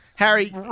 Harry